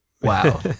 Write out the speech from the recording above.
wow